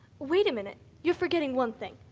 wait a minute, you're forgetting one thing.